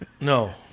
No